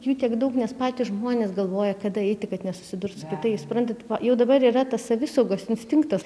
jų tiek daug nes patys žmonės galvoja kada eiti kad nesusidurt su kitais suprantat jau dabar yra tas savisaugos instinktas